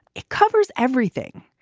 it covers everything.